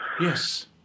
Yes